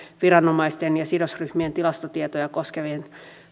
viranomaisten ja sidosryhmien tilastotietoja koskevien